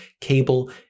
cable